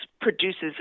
produces